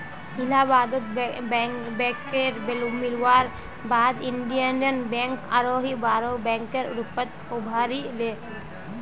इलाहाबाद बैकेर मिलवार बाद इन्डियन बैंक आरोह बोरो बैंकेर रूपत उभरी ले